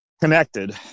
connected